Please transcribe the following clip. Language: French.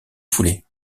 foulée